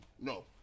no